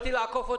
באיזה פיקוח,